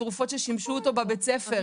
תרופות ששימשו אותו בבית ספר.